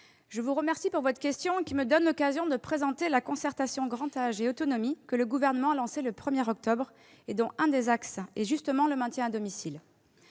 je vous remercie de votre question qui me donne l'occasion de présenter la concertation « Grand âge et autonomie », que le Gouvernement a lancée le 1 octobre et dont l'un des axes est justement le maintien à domicile.